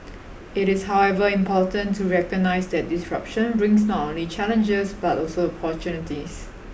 it is however important to recognise that disruption brings not only challenges but also opportunities